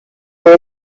were